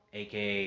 aka